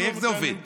הרי איך זה עובד?